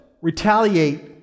retaliate